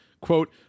Quote